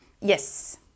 Yes